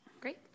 Great